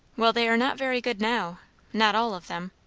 well, they are not very good now not all of them.